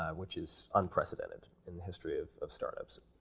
um which is unprecedented in the history of of startups